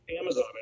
amazon